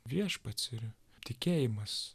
viešpats ir tikėjimas